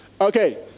Okay